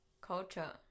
Culture